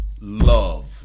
love